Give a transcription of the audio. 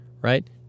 right